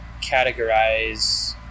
categorize